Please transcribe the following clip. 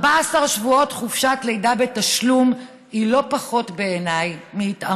14 שבועות חופשת לידה בתשלום הם לא פחות מהתעמרות,